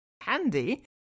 handy